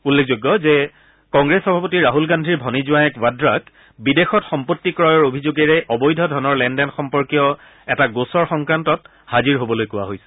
উল্লেখযোগ্য যে কংগ্ৰেছ সভাপতি ৰাহুল গান্ধীৰ ভনী জোৱাঁয়েক ৱাদ্ৰাক বিদেশত সম্পত্তি ক্ৰয়ৰ অভিযোগেৰে অবৈধ ধনৰ লেনদেন সম্পৰ্কীয় এটা গোচৰ সংক্ৰান্তত হাজিৰ হবলৈ কোৱা হৈছে